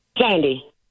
Sandy